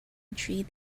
three